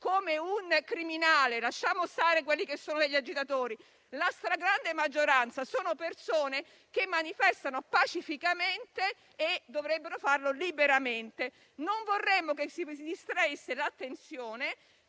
come un criminale; lasciamo stare gli agitatori, ma nella stragrande maggioranza sono persone che manifestano pacificamente e dovrebbero farlo liberamente. Non vorremmo che con ciò si distraesse l'attenzione